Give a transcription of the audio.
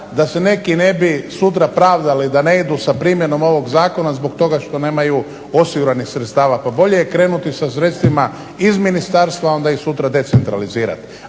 da se neki ne bi sutra pravdali da ne idu sa primjenom ovog zakona zbog toga što nemaju osiguranih sredstava. Pa bolje je krenuti sa sredstvima iz ministarstva, a onda ih sutra decentralizirati.